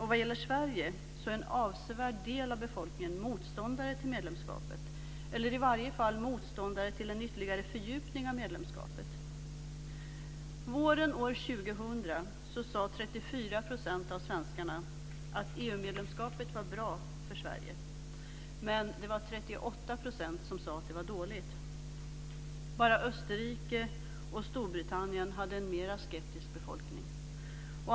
Vad gäller Sverige är en avsevärd del av befolkningen motståndare till medlemskapet eller i varje fall motståndare till en ytterligare fördjupning av medlemskapet. medlemskapet var bra för Sverige, men 38 % sade att det var dåligt. Bara Österrike och Storbritannien hade en mer skeptisk befolkning.